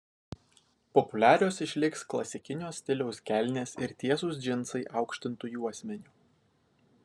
populiarios išliks klasikinio stiliaus kelnės ir tiesūs džinsai aukštintu juosmeniu